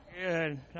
Good